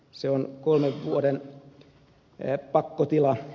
se on kolmen vuoden pakkotilateko